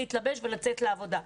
להתלבש ולצאת לעבודה.